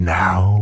now